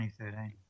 2013